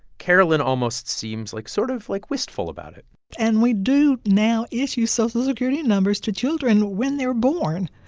carolyn almost seems, like, sort of, like, wistful about it and we do now issue social security numbers to children when they're born.